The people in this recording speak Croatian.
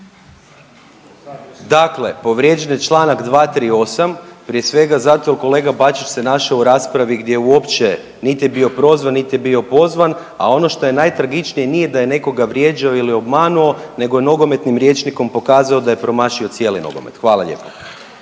Dakle, povrijeđen je čl. 238. prije svega zato jel kolega Bačić se našao u raspravi gdje uopće nit je bio prozvan nit je bio pozvan, a ono što je najtragičnije nije da je nekoga vrijeđao ili obmanuo nego je nogometnim rječnikom pokazao da je promašio cijeli nogomet. Hvala lijepo.